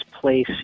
place